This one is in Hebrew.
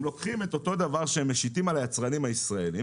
הם לוקחים את אותו דבר שמשיתים על היצרנים הישראלים,